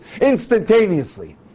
instantaneously